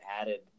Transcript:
added